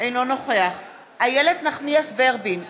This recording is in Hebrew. אינו נוכח איילת נחמיאס ורבין,